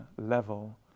level